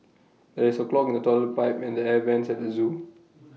there is A clog in the Toilet Pipe and the air Vents at the Zoo